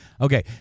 Okay